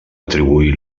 atribuir